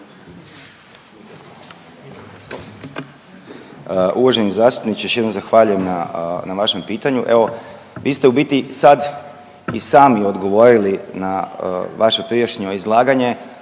Uvaženi zastupniče, još jednom zahvaljujem na vašem pitanju. Evo vi ste u biti sad i sami odgovorili na vaše prijašnje izlaganje,